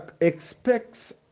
expects